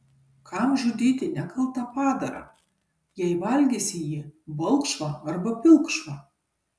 kam žudyti nekaltą padarą jei valgysi jį balkšvą arba pilkšvą